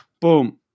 boom